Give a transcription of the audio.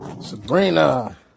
Sabrina